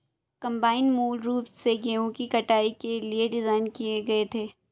combine मूल रूप से गेहूं की कटाई के लिए डिज़ाइन किए गए थे